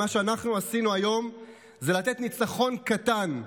שמה שאנחנו עשינו היום זה לתת ניצחון קטן,